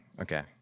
okay